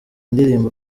ndirimbo